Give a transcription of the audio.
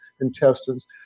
intestines